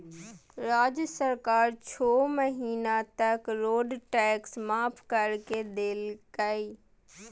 राज्य सरकार छो महीना तक रोड टैक्स माफ कर कर देलकय